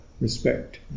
respect